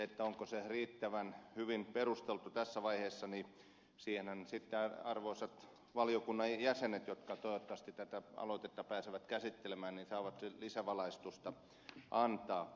siihen onko se riittävän hyvin perusteltu tässä vaiheessa sitten arvoisat valiokunnan jäsenet jotka toivottavasti tätä aloitetta pääsevät käsittelemään saavat lisävalaistusta antaa